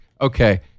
Okay